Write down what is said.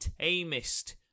tamest